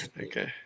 Okay